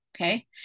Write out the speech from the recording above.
okay